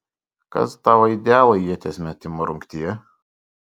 kas tavo idealai ieties metimo rungtyje